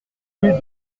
rue